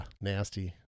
nasty